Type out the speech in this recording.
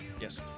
Yes